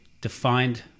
defined